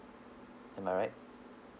am I right